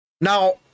Now